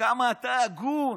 וכמה אתה הגון.